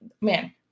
man